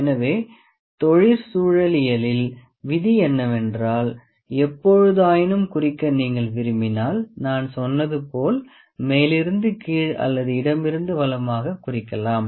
எனவே தொழிற்சூழலியலில் விதி என்னவென்றால் எப்பொழுதாயினும் குறிக்க நீங்கள் விரும்பினால் நான் சொன்னது போல் மேலிருந்து கீழ் அல்லது இடமிருந்து வலமாக குறிக்கலாம்